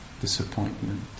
disappointment